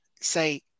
say